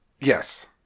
yes